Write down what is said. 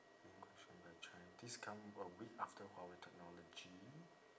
this come uh with huawei technology